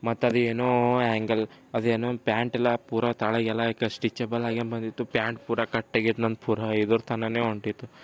ಮತ್ತದು ಏನೋ ಆ್ಯಂಗಲ್ ಅದೇನೊ ಪ್ಯಾಂಟೆಲ್ಲ ಪೂರ ಈಗ ಸ್ಟಿಚೆಬಲ್ ಆಗೇ ಬಂದಿತ್ತು ಪ್ಯಾಂಟ್ ಪೂರಾ ಕಟ್ ಆಗಾಯ್ತು ನಂದು ಪೂರಾ ಇದರ್ತನಕನೇ ಹೊಂಟಿತ್ತು